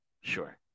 Sure